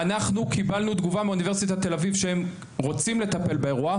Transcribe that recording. אנחנו קיבלנו תגובה מאוניברסיטת תל אביב שהם רוצים לטפל באירוע,